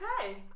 okay